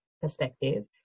perspective